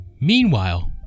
Meanwhile